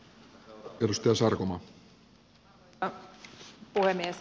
arvoisa puhemies